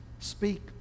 Speak